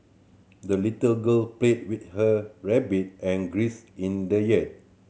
the little girl played with her rabbit and in the yard